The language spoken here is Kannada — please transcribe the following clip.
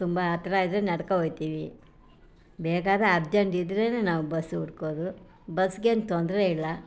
ತುಂಬ ಹತ್ರ ಇದ್ದರೆ ನಡ್ಕೋ ಒಯ್ತೀವಿ ಬೇಕಾದರೆ ಅರ್ಜೆಂಟ್ ಇದ್ದರೇನೆ ನಾವು ಬಸ್ ಹುಡ್ಕೋದು ಬಸ್ಸಿಗೇನು ತೊಂದರೆಯಿಲ್ಲ